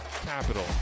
capital